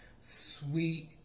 sweet